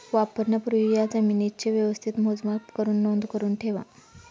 वापरण्यापूर्वी या जमीनेचे व्यवस्थित मोजमाप करुन नोंद करुन ठेवा